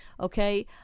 okay